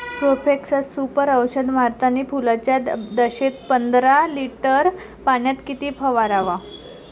Profex Super औषध मारतानी फुलाच्या दशेत पंदरा लिटर पाण्यात किती फवाराव?